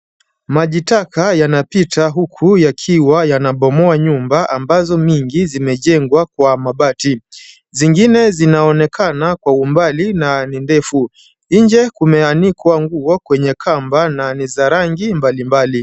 Maji taka yanapita huku yakiwa yanabomoa nyumba ambazo mingi zimejengwa kwa mabati. Zingine zinaonekana kwa umbali na ni ndefu. Nje kumeanikwa nguo kwenye kamba na ni za rangi mbalimbali.